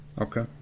Okay